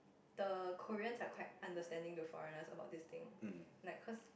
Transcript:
the Koreans are quite understanding to foreigners about this thing like cause